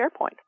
SharePoint